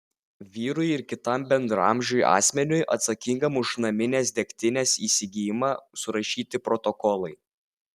vyrui ir kitam bendraamžiui asmeniui atsakingam už naminės degtinės įsigijimą surašyti protokolai